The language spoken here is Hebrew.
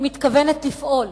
אני מתכוונת לפעול